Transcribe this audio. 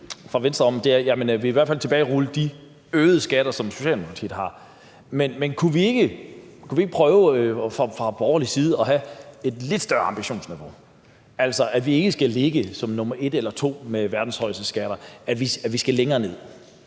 fra Venstre er, at de i hvert fald vil tilbagerulle de øgede skatter, som Socialdemokratiet har indført. Men kunne vi ikke fra borgerlig side prøve at have et lidt større ambitionsniveau – altså at vi ikke skal ligge som nr. 1 eller 2 på listen over verdens højeste skatter; at vi skal længere ned?